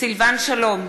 סילבן שלום,